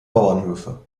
bauernhöfe